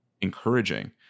encouraging